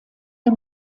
der